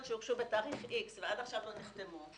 שהוגשו בתאריך איקס ועד עכשיו לא נחתמו,